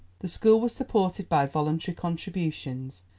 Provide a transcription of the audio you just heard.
the school was supported by voluntary contributions,